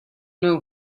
know